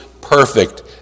perfect